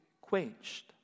quenched